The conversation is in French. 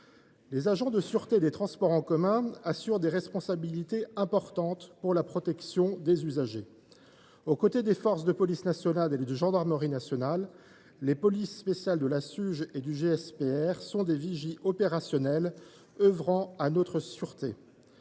Les agents de sûreté des transports en commun ont des responsabilités importantes pour la protection des usagers. Aux côtés des forces de la police nationale et de la gendarmerie nationale, les polices spéciales de la Suge et du GPSR sont des vigies opérationnelles œuvrant à notre sûreté.